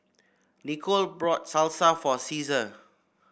Nichol brought Salsa for Ceasar